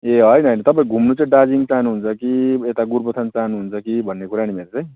ए होइन होइन तपाईँ घुम्नु चाहिँ दार्जिलिङ चाहनु हुन्छ कि यता गोरुबथान चाहनु हुन्छ कि भन्ने कुरा नि मेरो चाहिँ